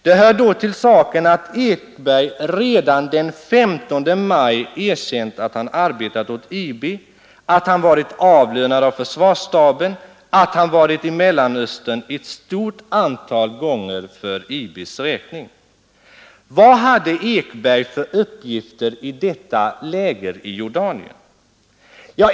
Det hör då till saken att Ekberg redan den 15 maj erkänt att han arbetat åt IB, att han varit avlönad av försvarsstaben och att han varit i Mellanöstern ett stort antal gånger för IB:s räkning. Vad hade Ekberg för uppgift i detta läger i Jordanien?